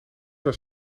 was